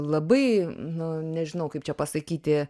labai nu nežinau kaip čia pasakyti